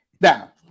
now